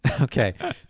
Okay